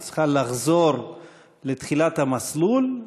היא צריכה לחזור לתחילת המסלול,